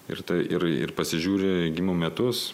ir tai ir ir pasižiūri gimimo metus